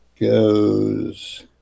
goes